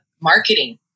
marketing